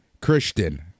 Christian